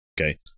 Okay